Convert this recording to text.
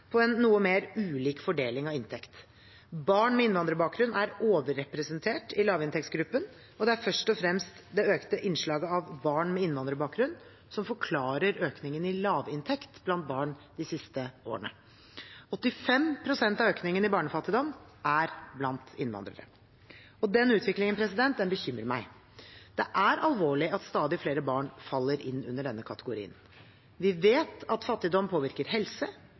på en noe mer ulik fordeling av inntekt. Barn med innvandrerbakgrunn er overrepresentert i lavinntektsgruppen, og det er først og fremst det økte innslaget av barn med innvandrerbakgrunn som forklarer økningen i lavinntekt blant barn de siste årene. 85 pst. av økningen i barnefattigdom er blant innvandrere. Denne utviklingen bekymrer meg. Det er alvorlig at stadig flere barn faller inn under denne kategorien. Vi vet at fattigdom påvirker helse,